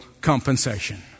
compensation